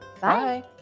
Bye